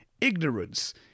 Ignorance